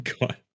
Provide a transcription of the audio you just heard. God